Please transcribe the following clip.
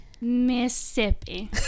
mississippi